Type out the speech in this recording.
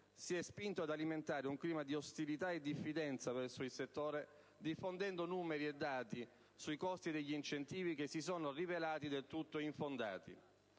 si è spinto ad alimentare un clima di ostilità e diffidenza verso il settore diffondendo numeri e dati sui costi degli incentivi che si sono rivelati dei tutto infondati.